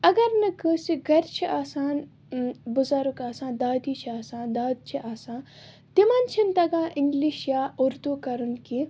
اگر نہٕ کانٛسہِ گَرِ چھِ آسان بزرگ آسان دادی چھِ آسان دادٕ چھِ آسان تِمَن چھِنہٕ تگان اِنٛگلش یا اُردو کَرُن کیٚنٛہہ